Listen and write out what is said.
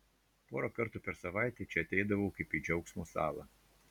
porą kartų per savaitę čia ateidavau kaip į džiaugsmo salą